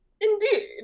Indeed